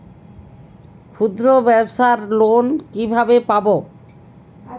ক্ষুদ্রব্যাবসার লোন কিভাবে পাব?